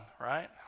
right